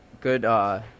good